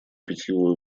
питьевую